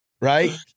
right